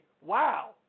wow